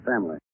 family